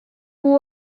who